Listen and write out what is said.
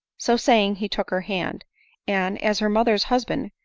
so saying, he took her hand and, as her mother's husband,